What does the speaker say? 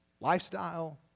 lifestyle